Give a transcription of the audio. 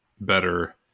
better